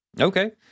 Okay